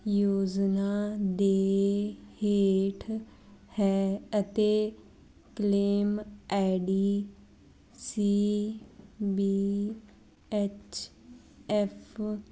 ਯੋਜਨਾ ਦੇ ਹੇਠ ਹੈ ਅਤੇ claim I D C V H F